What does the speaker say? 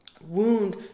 wound